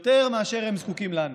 יותר מאשר הם זקוקים לנו.